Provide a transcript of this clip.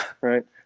right